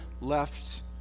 left